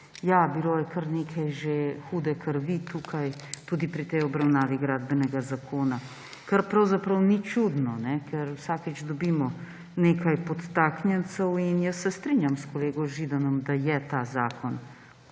Bilo je kar nekaj že hude krvi tukaj, tudi pri tej obravnavi Predloga gradbenega zakona, kar pravzaprav ni čudno, ker vsakič dobimo nekaj podtaknjencev. In jaz se strinjam s kolego Židanom, da je ta zakon